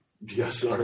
Yes